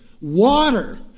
water